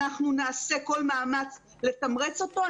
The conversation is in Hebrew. אנחנו נעשה כל מאמץ לתמרץ אותו.